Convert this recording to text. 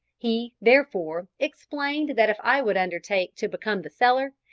he, therefore, explained that if i would undertake to become the seller,